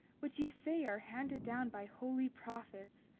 which ye say are handed down by holy prophets,